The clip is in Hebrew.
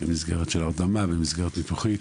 במסגרת של הרדמה, במסגרת ניתוחית